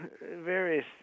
various